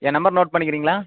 என் number note பண்ணிக்கிறீங்களா